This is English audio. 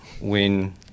win